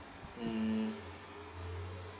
mm